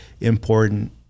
important